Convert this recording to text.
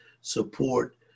support